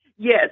Yes